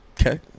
Okay